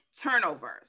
turnovers